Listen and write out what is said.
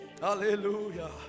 Hallelujah